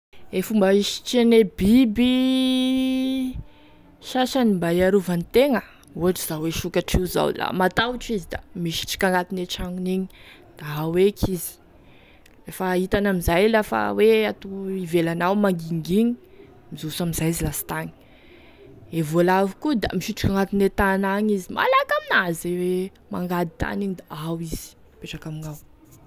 E fomba hisitriane biby sasany mba hiarovany tegna ohatry zao e sokatry io zao la matahotr'izy da misitriky agnatine gne tragnony igny da ao eky izy lefa hitany amizay lafa hoe ato ivelany ao mangingigny mizoso amizay izy lasitagny, e voalavo koa da misitriky agnatine tany any izy malaky amin'azy gne mangady tany igny da ao izy mipetraky amignao.